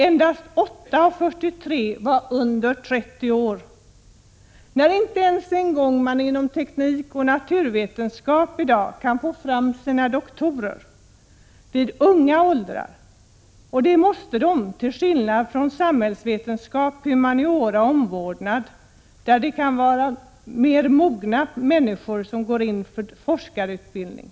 Endast 8 av 43 var under 30 år. Inte ens inom teknik och naturvetenskap kan man i dag få fram sina doktorander vid unga åldrar, trots att detta verkligen skulle behövas, till skillnad från inom samhällsvetenskap och humaniora, där man kan låta mer mogna människor gå in för forskarutbildning.